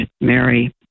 Mary